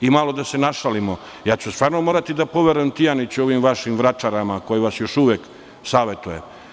I malo da se našalimo, ja ću stvarno morati da poverujem Tijaniću i ovim vašim vračarama koje vas još uvek savetuju.